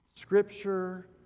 scripture